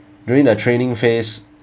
during the training phase